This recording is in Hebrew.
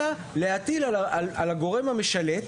אלא להטיל על הגורם המשַלֵּט,